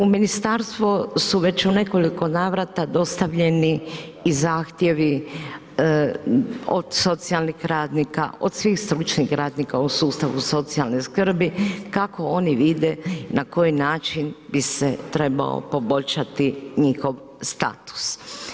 U ministarstvo su već u nekoliko navrata dostavljeni i zahtjevi od socijalnih radnika, od svih stručnih radnika u sustavu socijalne skrbi, kako oni vide na koji način bi se trebao poboljšati njihov status.